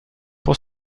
pour